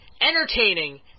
entertaining